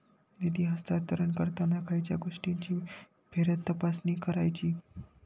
निधी हस्तांतरण करताना खयच्या गोष्टींची फेरतपासणी करायची?